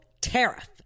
tariff